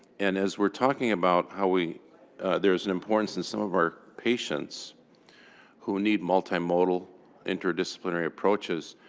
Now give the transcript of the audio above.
and as we're talking about how we there is an importance in some of our patients who need multimodal, interdisciplinary approaches.